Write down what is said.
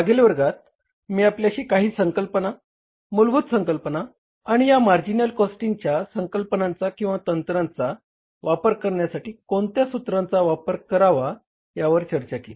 मागील वर्गात मी आपल्याशी काही संकल्पना मूलभूत संकल्पना आणि या मार्जिनल कॉस्टिंगच्या संकल्पनांचा किंवा तंत्रांचा वापर करण्यासाठी कोणत्या सूत्रांचा वापर करावा यावर चर्चा केली